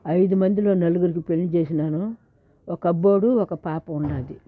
ఐదు మందిలో నలుగురికి పెళ్ళి చేసినాను ఒక అబ్బోడు ఒక పాప ఉన్నది